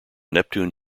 neptune